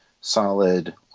solid